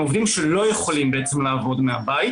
הם עובדים שלא יכולים לעבוד מהבית,